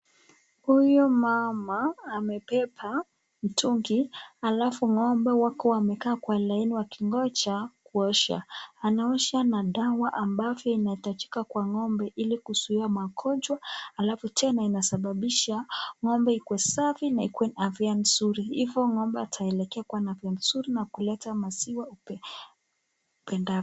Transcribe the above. Huyu mama amebeba mtungi. Alafu ng'ombe wako wamekaa kwa laini wakingoja kuoshwa. Anaosha na dawa ambayo inahitajika kwa ng'ombe ili kuzuia magonjwa. Alafu tena inasababisha ng'ombe ikwe safi na ikwe na afya nzuri. Hivyo, ng'ombe atalekwa na afya nzuri na kuleta maziwa upendayo.